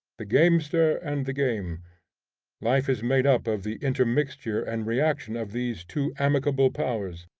the gamester and the game life is made up of the intermixture and reaction of these two amicable powers,